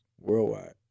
Worldwide